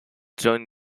join